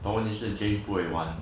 problem 就是 james 不会玩